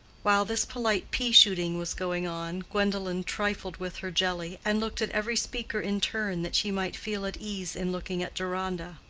while this polite pea-shooting was going on, gwendolen trifled with her jelly, and looked at every speaker in turn that she might feel at ease in looking at deronda.